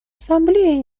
ассамблеи